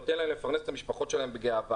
המפעל נותן להן לפרנס משפחות בגאווה.